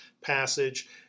passage